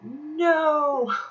no